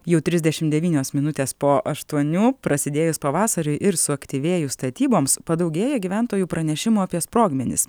jau trisdešimt devynios minutės po aštuonių prasidėjus pavasariui ir suaktyvėjus statyboms padaugėja gyventojų pranešimų apie sprogmenis